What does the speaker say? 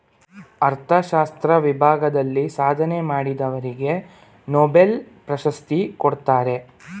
ಅರ್ಥಶಾಸ್ತ್ರ ವಿಭಾಗದಲ್ಲಿ ಸಾಧನೆ ಮಾಡಿದವರಿಗೆ ನೊಬೆಲ್ ಪ್ರಶಸ್ತಿ ಕೊಡ್ತಾರೆ